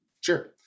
Sure